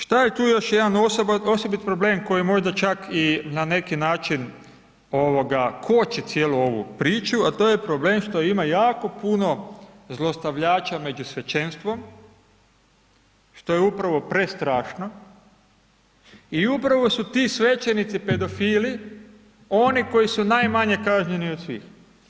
Šta je tu još jedan osobit problem koji možda čak i na neki način ovoga koči cijelu priču, a to je problem što ima jako puno zlostavljača među svećenstvom, što je upravo prestrašno i upravo su ti svećenici pedofili oni koji su najmanje kažnjeni od svih.